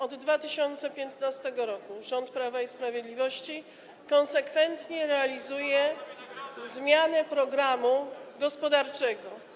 Od 2015 r. rząd Prawa i Sprawiedliwości konsekwentnie realizuje zmianę programu gospodarczego.